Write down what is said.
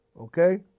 okay